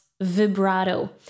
vibrato